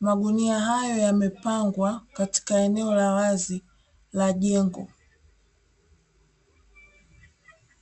magunia hayo yamepangwa katika eneo la jengo.